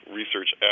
research